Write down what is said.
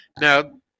Now